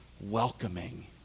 welcoming